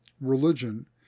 religion